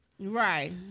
Right